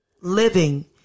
living